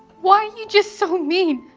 why are you just so mean?